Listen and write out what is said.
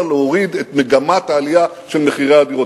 להוריד את מגמת העלייה של מחירי הדירות.